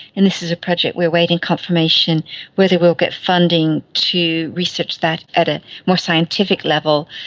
and this is a project we are waiting confirmation whether we will get funding to research that at a more scientific level,